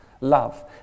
love